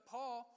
Paul